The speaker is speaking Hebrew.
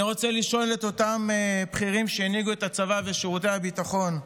אני רוצה לשאול את אותם בכירים שהנהיגו את הצבא ואת שירותי הביטחון: